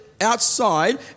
outside